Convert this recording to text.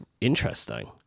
interesting